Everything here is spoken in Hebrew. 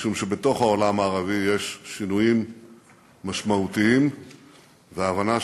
משום שבתוך העולם הערבי יש שינויים משמעותיים והבנה שישראל,